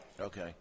Okay